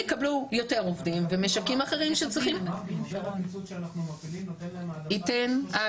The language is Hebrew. שהם יקבלו יותר עובדים ומשקים אחרים שצריכים --- ניתן העדפה.